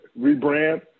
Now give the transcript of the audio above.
rebrand